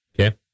Okay